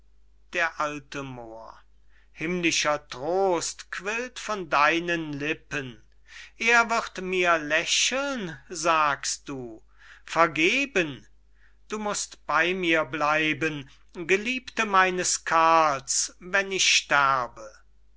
d a moor himmlischer trost quillt von deinen lippen er wird mir lächeln sagst du vergeben du must bey mir bleiben geliebte meines karls wenn ich sterbe